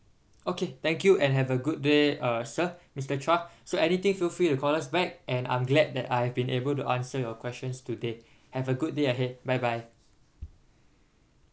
okay thank you and have a good day uh sir mister chua so anything feel free to call us back and I'm glad that I have been able to answer your questions today have a good day ahead bye bye